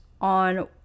on